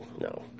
No